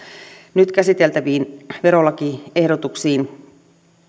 nyt käsiteltäviin verolakiehdotuksiin